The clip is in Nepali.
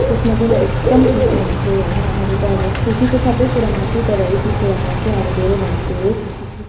त्यसमा चाहिँ म एकदम खुसी हुन्छु हैन अरू त अब खुसी त सबै कुरामा छु तर यति कुरामा चाहिँ अब धेरैभन्दा धेरै खुसी छु